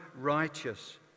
righteous